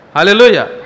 Hallelujah